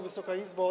Wysoka Izbo!